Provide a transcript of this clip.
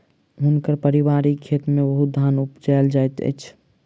हुनकर पारिवारिक खेत में बहुत धान उपजायल जाइत अछि